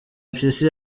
mpyisi